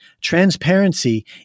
transparency